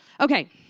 Okay